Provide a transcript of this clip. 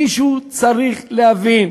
מישהו צריך להבין,